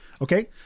Okay